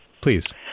please